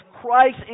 Christ